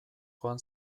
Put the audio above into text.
joan